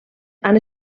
han